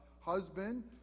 husband